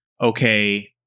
okay